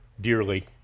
dearly